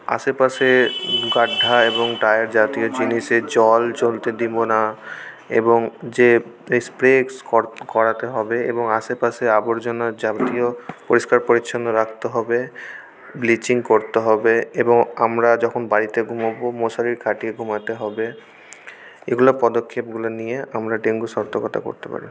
আশেপাশে গাড্ডহা এবং টায়ার জাতীয় জিনিসে জল জমতে দেব না এবং যে স্প্রে করাতে হবে এবং আশেপাশে আবর্জনা জাতীয় পরিষ্কার পরিচ্ছন্ন রাখতে হবে ব্লিচিং করতে হবে এবং আমরা যখন বাড়িতে ঘুমোবো মশারি খাটিয়ে ঘুমোতে হবে এগুলো পদক্ষেপগুলো নিয়ে আমরা ডেঙ্গু সর্তকতা করতে পারি